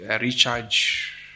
recharge